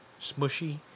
Smushy